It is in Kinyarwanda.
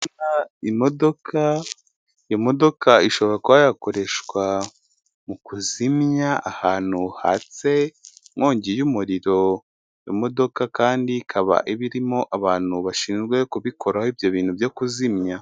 Imodoka ishobora kuba yakoreshwa mu kuzimya ahantu hatse inkongi y'umuriro, imodoka kandi ikaba irimo abantu bashinzwe kubikoraho ibyo bintu byo kuzimya.